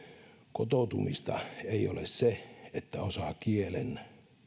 kotoutumista ei ole se että osaa kielen